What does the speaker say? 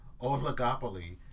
oligopoly